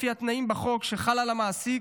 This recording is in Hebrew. לפי התנאים בחוק שחל על המעסיק,